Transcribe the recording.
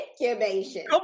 Incubation